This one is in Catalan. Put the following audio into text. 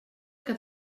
que